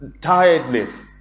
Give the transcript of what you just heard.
tiredness